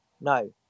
No